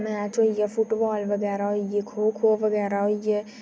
match होई गेआ football बगैरा होई गेआ खो खो बगैरा होई गेआ